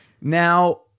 Now